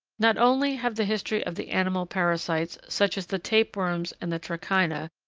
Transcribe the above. not only have the history of the animal parasites, such as the tapeworms and the trichina,